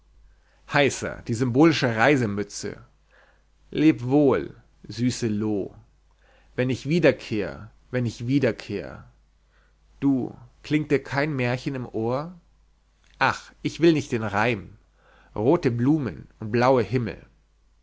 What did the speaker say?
heißa die symbolische reisemütze leb wohl süße loo wenn ich wiederkehr wenn ich wiederkehr du klingt dir kein märchen im ohr ach ich will nicht den reim rote blumen und blaue himmel